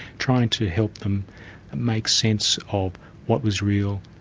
trying to help them make sense of what was real,